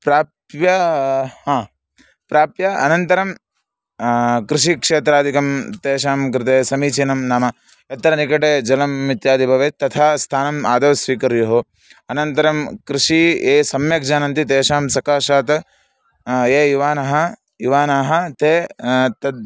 प्राप्य हा प्राप्य अनन्तरं कृषिक्षेत्रादिकं तेषां कृते समीचीनं नाम यत्र निकटे जलम् इत्यादि भवेत् तथा स्थानम् आदौ स्वीकुर्युः अनन्तरं कृषिः ये सम्यक् जानन्ति तेषां सकाशात् ये युवानः युवानः ते तद्